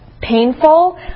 painful